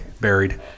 Buried